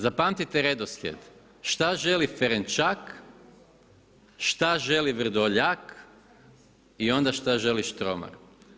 Zapamtite redoslijed šta želi Ferenčak, šta želi Vrdoljak i onda šta želi Štromar.